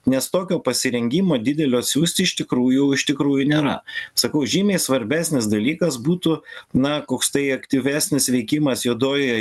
nes tokio pasirengimo didelio siųsti iš tikrųjų iš tikrųjų nėra sakau žymiai svarbesnis dalykas būtų na koks tai aktyvesnis veikimas juodojoje